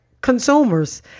consumers